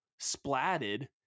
splatted